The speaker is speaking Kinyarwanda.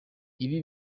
ibi